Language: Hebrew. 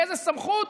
באיזו סמכות?